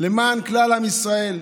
למען כלל עם ישראל.